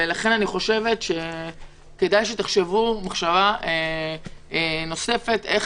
ולכן אני חושבת שכדאי שתחשבו מחשבה נוספת איך